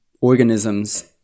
organisms